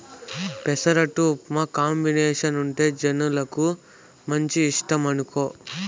పెసరట్టు ఉప్మా కాంబినేసనంటే జనాలకు మంచి ఇష్టమనుకో